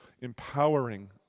empowering